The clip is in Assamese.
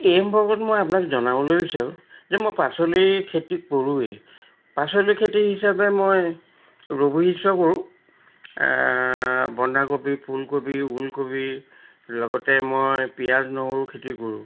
এই সম্পৰ্কত মই আপোনাক জনাবলৈ বিচাৰোঁ যে মই পাচলিৰ খেতি কৰোঁৱেই পাচলিৰ খেতি হিচাপে মই ৰবি শস্য় কৰোঁ বন্ধাকবি ফুলকবি ওলকবি লগতে মই পিঁয়াজ নহৰু খেতি কৰোঁ